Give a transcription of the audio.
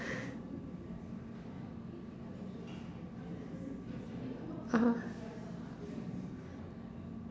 (uh huh)